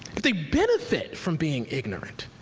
if they benefit from being ignorant,